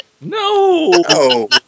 No